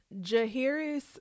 Jahiris